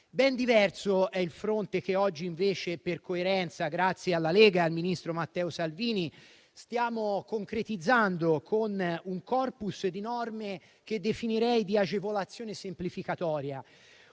Ben diverso è il fronte che oggi invece, per coerenza, grazie alla Lega e al ministro Matteo Salvini, stiamo concretizzando con un *corpus* di norme che definirei di agevolazione semplificatoria,